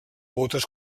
botes